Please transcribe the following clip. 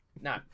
no